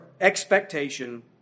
expectation